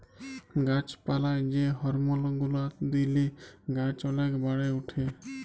গাছ পালায় যে হরমল গুলা দিলে গাছ ওলেক বাড়ে উঠে